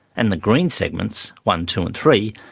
and the green segments one, two and three,